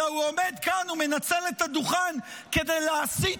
אלא הוא עומד כאן ומנצל את הדוכן כדי להסית